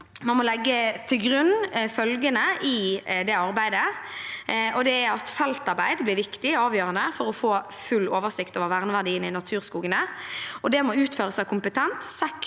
man må legge til grunn følgende i det arbeidet, og det er at feltarbeid blir viktig og avgjørende for å få full oversikt over verneverdiene i naturskogene, og at det må utføres av kompetent